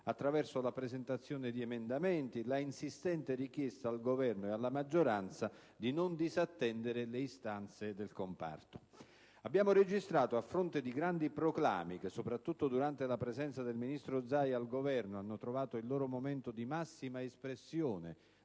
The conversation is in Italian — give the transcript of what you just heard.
attraverso la presentazione di emendamenti e la insistente richiesta al Governo e alla maggioranza di non disattendere le istanze del comparto. Abbiamo registrato, a fronte di grandi proclami, che soprattutto durante la presenza del ministro Zaia al Governo hanno trovato il loro momento di massima espressione